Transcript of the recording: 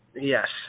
Yes